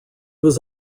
was